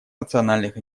национальных